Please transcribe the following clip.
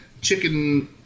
chicken